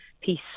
peace